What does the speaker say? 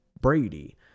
Brady